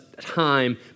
time